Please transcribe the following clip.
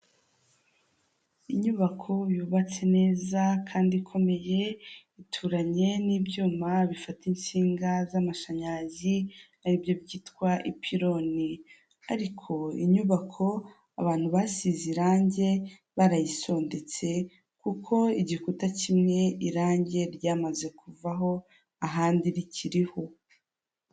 Mu isoko rya Nyabugogo aho bagurishiriza imbuto, umucuruzi yifashi ku itama kuko yabuze abakiriya kandi yari akeneye amafaranga, ari gucuruza inanasi, amapapayi, amaronji, imyembe, ndetse n'ibindi.